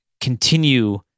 continue